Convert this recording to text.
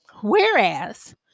Whereas